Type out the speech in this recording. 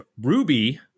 Ruby